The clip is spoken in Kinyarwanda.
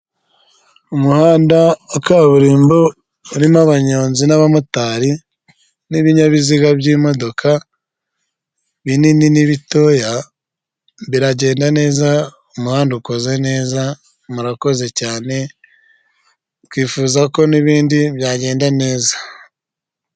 Umuhanda wa kaburimbo urimo abanyonzi n'abamotari n'ibinyabiziga by'imodoka binini ni bitoya, biragenda neza. Umuhanda ukoze neza, murakoze cyane twifuza ko n'ibindi byagenda neza.